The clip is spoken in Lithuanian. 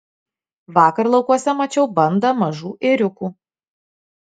vakar laukuose mačiau bandą mažų ėriukų